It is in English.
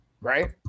Right